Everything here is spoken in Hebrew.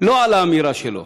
לא על האמירה שלו,